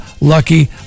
lucky